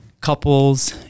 couples